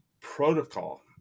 protocol